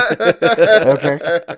Okay